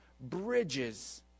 bridges